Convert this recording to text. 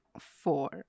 four